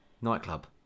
Nightclub